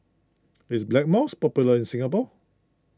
is Blackmores popular in Singapore